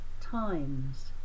times